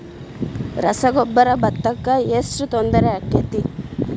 ರಸಗೊಬ್ಬರ, ಭತ್ತಕ್ಕ ಎಷ್ಟ ತೊಂದರೆ ಆಕ್ಕೆತಿ?